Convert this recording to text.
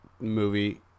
movie